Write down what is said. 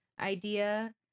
idea